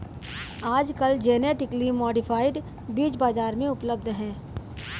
आजकल genetically modified बीज बाजार में उपलब्ध है